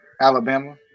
Alabama